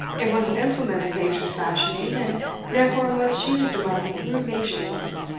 it was an implement of nature's fashioning, and therefore much used among rude nations,